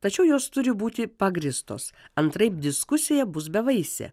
tačiau jos turi būti pagrįstos antraip diskusija bus bevaisė